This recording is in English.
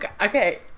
okay